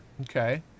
Okay